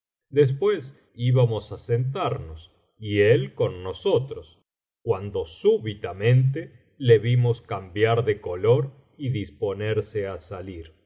después íbamos á sentarnos y él con nosotros cuando súbitamente le vimos cambiar ele color y disponerse á salir